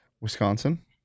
Wisconsin